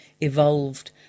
evolved